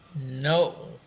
no